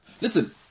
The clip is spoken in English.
Listen